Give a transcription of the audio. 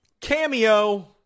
Cameo